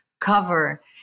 cover